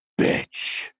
bitch